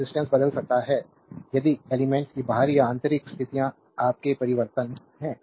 resistance बदल सकता है यदि एलिमेंट्स की बाहरी या आंतरिक स्थितियां आपके परिवर्तन हैं